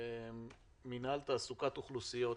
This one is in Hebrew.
מינהל תעסוקת אוכלוסיות.